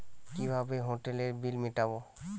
কিভাবে হোটেলের বিল মিটাব?